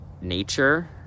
nature